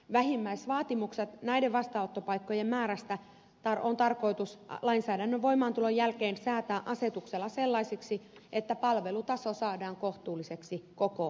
vähimmäisvaatimukset näiden vastaanottopaikkojen määrästä on tarkoitus lainsäädännön voimaantulon jälkeen säätää asetuksella sellaisiksi että palvelutaso saadaan kohtuulliseksi koko maassa